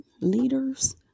leaders